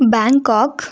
Bangkok